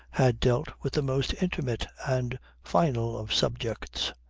had dealt with the most intimate and final of subjects,